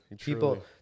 people